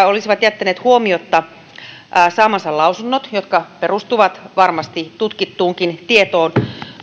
olisivat jättäneet huomiotta saamansa lausunnot jotka perustuvat varmasti tutkittuunkin tietoon